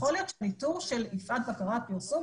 יכול להיות שהניטור של 'יפעת-בקרה ופרסום'